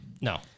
No